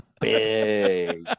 big